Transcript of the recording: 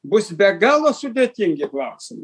bus be galo sudėtingi klausimai